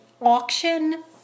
auction